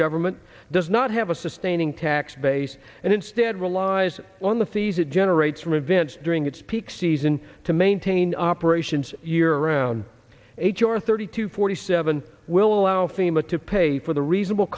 government does not have a sustaining tax base and instead relies on the fees it generates from events during its peak season to maintain operations year around age or thirty to forty seven will allow fema to pay for the reasonable